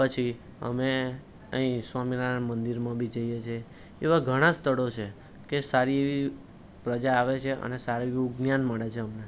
પછી અમે ત્યાં સ્વામિનારાયણ મંદિરમાં બી જઈએ છે એવા ઘણાં સ્થળો છે કે સારી એવી પ્રજા આવે છે અને સારું એવુ જ્ઞાન મળે છે અમને